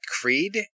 Creed